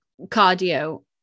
cardio